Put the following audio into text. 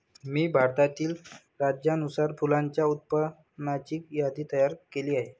मी भारतातील राज्यानुसार फुलांच्या उत्पादनाची यादी तयार केली आहे